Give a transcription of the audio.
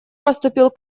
поступил